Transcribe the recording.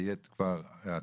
יהיה כבר הטפסים,